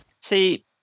See